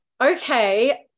Okay